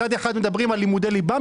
מצד אחד מדברים על לימודי ליבה,